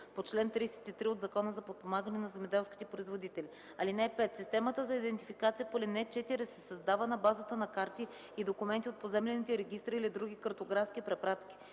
по чл. 33 от Закона за подпомагане на земеделските производители. (5) Системата за идентификация по ал. 4 се създава на базата на карти и документи от поземлените регистри или други картографски препратки.